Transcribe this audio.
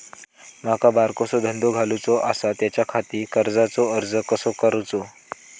माका बारकोसो धंदो घालुचो आसा त्याच्याखाती कर्जाचो अर्ज कसो करूचो?